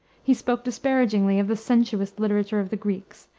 he spoke disparagingly of the sensuous literature of the greeks,